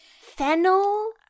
Fennel